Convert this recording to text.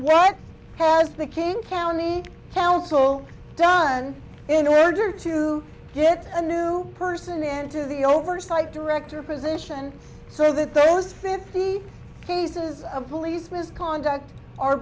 what was the king county council done in order to get a new person into the oversight director position so that those fifty cases of police misconduct are